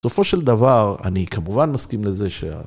בסופו של דבר, אני כמובן מסכים לזה ש...